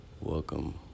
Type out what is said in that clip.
welcome